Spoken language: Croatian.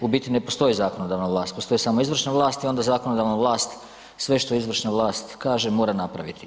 U biti ne postoji zakonodavna vlast, postoji samo izvršna vlast i onda zakonodavna vlast sve što izvršna vlast kaže mora napraviti.